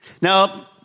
Now